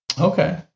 Okay